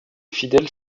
fidèles